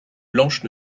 blanches